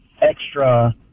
extra